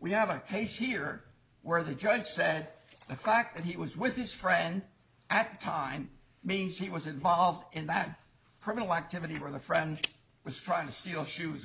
we have a page here where the judge said the fact that he was with his friend at the time means he was involved in that personal activity where the friend was trying to steal shoes or